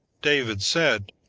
david said,